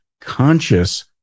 conscious